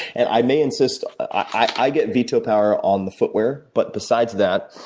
and i may insist i get veto power on the footwear but besides, that,